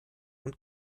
und